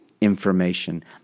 information